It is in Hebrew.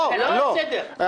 נו, באמת.